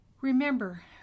remember